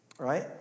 right